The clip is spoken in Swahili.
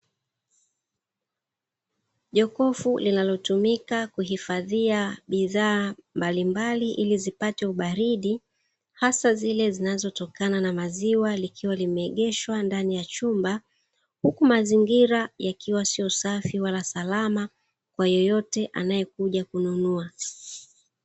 Jokofu linalotumika kuhifadhia bidhaa mbalimbali ili zipate ubaridi hasa zile zinazotokana na maziwa, likiwa limeegeshwa ndani ya chumba huku mazingira yakiwa sio safi wala salama kwa yoyote anayekuja kununua.